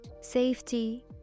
safety